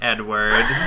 Edward